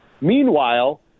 Meanwhile